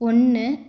ஒன்று